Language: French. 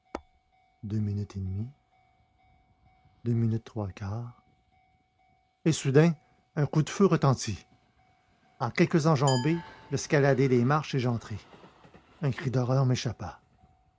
deux minutes et demie deux minutes trois quarts et soudain un coup de feu retentit en quelques enjambées j'escaladai les marches et j'entrai un cri d'horreur m'échappa